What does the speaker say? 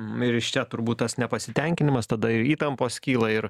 ir iš čia turbūt tas nepasitenkinimas tada ir įtampos kyla ir